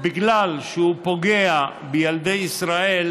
בגלל שהוא פוגע בילדי ישראל,